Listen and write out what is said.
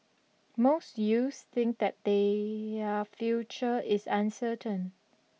most youths think that they are future is uncertain